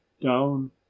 down